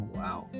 wow